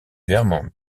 vermont